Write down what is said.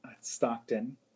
Stockton